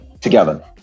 together